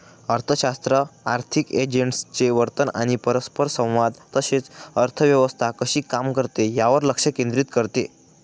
अर्थशास्त्र आर्थिक एजंट्सचे वर्तन आणि परस्परसंवाद तसेच अर्थव्यवस्था कशी काम करते यावर लक्ष केंद्रित करते